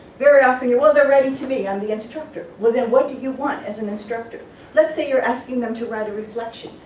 very often, well they're writing to me, i'm the instructor. well then what do you want as an instructor let's say you're asking them to write a reflection,